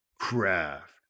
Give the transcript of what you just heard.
craft